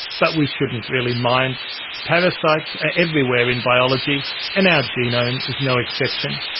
but we shouldn't really mind parasites are everywhere in biology and our genome is no exception.